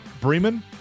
Bremen